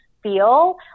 feel